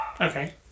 Okay